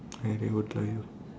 okay you can go twice